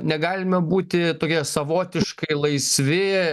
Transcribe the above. negalime būti tokie savotiškai laisvi